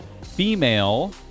female